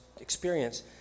experience